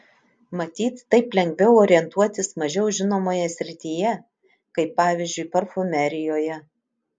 matyt taip lengviau orientuotis mažiau žinomoje srityje kaip pavyzdžiui parfumerijoje